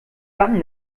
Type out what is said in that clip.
dann